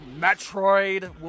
Metroid